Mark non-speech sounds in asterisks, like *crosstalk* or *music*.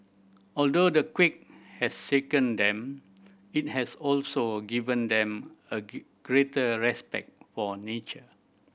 although the quake has shaken them it has also given them a *unintelligible* greater respect for nature